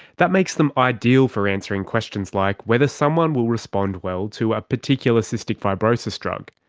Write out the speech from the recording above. that makes them ideal for answering questions like whether someone will respond well to a particular cystic fibrosis drug.